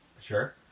Sure